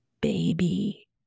Baby